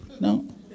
no